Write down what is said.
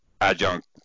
adjunct